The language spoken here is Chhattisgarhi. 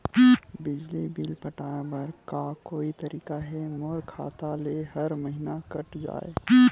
बिजली बिल पटाय बर का कोई तरीका हे मोर खाता ले हर महीना कट जाय?